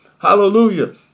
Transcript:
Hallelujah